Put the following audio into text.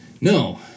No